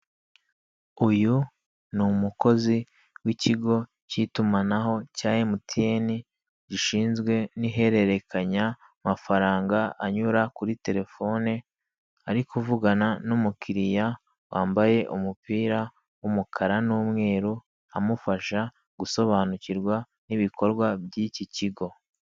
Uyu ni umukozi w'ikigo cy'itumanaho cya emutiyeni, gishinzwe n'ihererekanyamafaranga anyura kuri telefone, ari kuvugana n'umukiriya wambaye umupira w'umukara n'umweru, amufasha gusobanukirwa n'ibikorwa by'iki kigo.